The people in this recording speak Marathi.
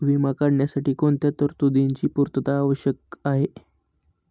विमा काढण्यासाठी कोणत्या तरतूदींची पूर्णता आवश्यक आहे?